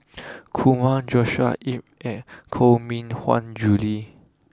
Kumar Joshua Ip and Koh Mui Hiang Julie